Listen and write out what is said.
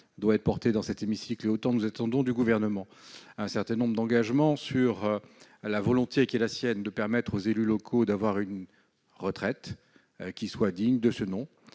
doit être porté dans cet hémicycle, nous attendons du Gouvernement un certain nombre d'engagements sur sa volonté de permettre aux élus locaux d'avoir une retraite digne de ce nom,